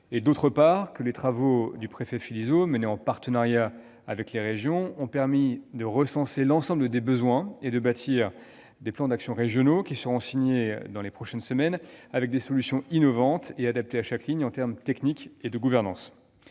et, d'autre part, que les travaux du préfet Philizot, menés en partenariat avec les régions, ont permis de recenser l'ensemble des besoins et de bâtir des plans d'action régionaux, qui seront signés dans les prochaines semaines, avec des solutions innovantes et adaptées à chaque ligne, en termes techniques et de gouvernance.